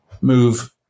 move